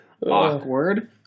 awkward